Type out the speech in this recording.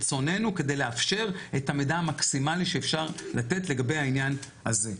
מרצוננו כדי לאפשר את המידע המקסימלי שאפשר לתת לגבי העניין הזה.